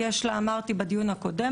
כפי שאמרתי בדיון הקודם,